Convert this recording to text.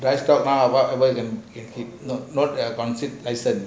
price stock ah whatever the thing not not the price